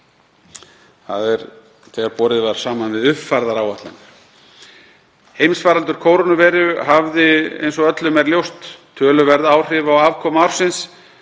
þ.e. þegar borið var saman við uppfærðar áætlanir. Heimsfaraldur kórónuveiru hafði, eins og öllum er ljóst, töluverð áhrif á afkomu ársins.